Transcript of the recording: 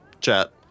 Chat